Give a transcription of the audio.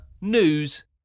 news